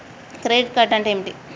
Credit card అంటే ఏమిటి?